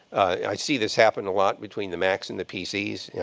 i see this happen a lot between the macs and the pcs. yeah